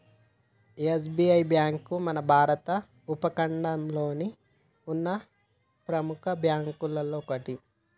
SBI bank మన భారత ఉపఖండంలోనే ఉన్న ప్రెముఖ బ్యేంకుల్లో ఒకటి